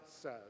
says